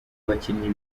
abakinnyi